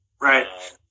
Right